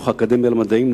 בדוח האקדמיה למדעים,